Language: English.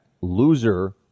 loser